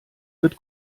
wird